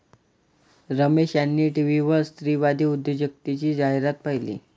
रमेश यांनी टीव्हीवर स्त्रीवादी उद्योजकतेची जाहिरात पाहिली